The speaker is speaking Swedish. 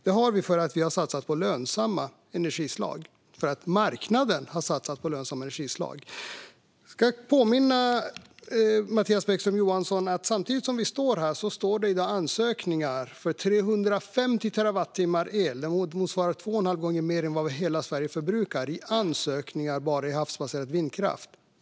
Det har vi för att vi har satsat på lönsamma energislag och för att marknaden har satsat på lönsamma energislag. Jag ska påminna Mattias Bäckström Johansson om att samtidigt som vi står här finns det i dag ansökningar för 350 terawattimmar el, vilket motsvarar två och en halv gång mer än vad hela Sverige förbrukar, bara i havsbaserad vindkraft.